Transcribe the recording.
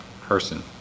person